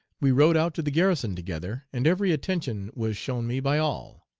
we rode out to the garrison together, and every attention was shown me by all.